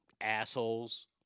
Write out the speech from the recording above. Assholes